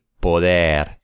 poder